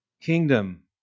kingdom